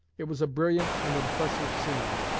it was a brilliant and impressive scene.